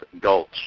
Gulch